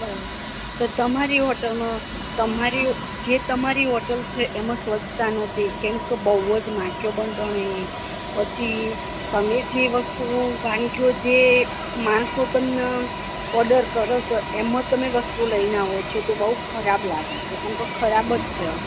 બરાબર તો તમારી હોટલમાં તમારી જે તમારી હોટલ છે એમાં સ્વચ્છતા નથી કેમકે બહુ જ માખીઓ બણબણે પછી તમે જે વસ્તુ વાનગીઓ જે માણસો તમને ઓડર કરે છે એમાં તમે વસ્તુ લઈને આવો છો તો બહુ ખરાબ લાગ છે કેમકે ખરાબ જ છે